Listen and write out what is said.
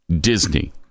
Disney